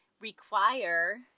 require